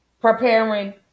preparing